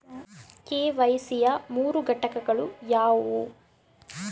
KYC ಯ ಮೂರು ಘಟಕಗಳು ಯಾವುವು?